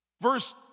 Verse